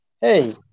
hey